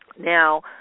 Now